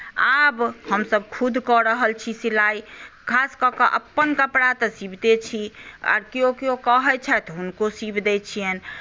आब हमसभ खुद कऽ रहल छी सिलाइ खास कऽ कऽ अपन कपड़ा तऽ सिबिते छी आ केयो केयो कहैत छथि हुनको सिबि दैत छियनि